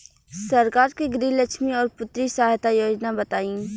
सरकार के गृहलक्ष्मी और पुत्री यहायता योजना बताईं?